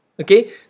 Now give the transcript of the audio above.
Okay